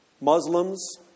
Muslims